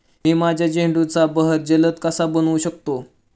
मी माझ्या झेंडूचा बहर जलद कसा बनवू शकतो?